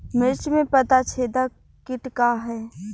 मिर्च में पता छेदक किट का है?